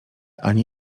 ani